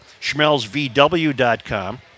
SchmelzVW.com